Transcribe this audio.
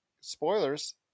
spoilers